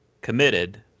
committed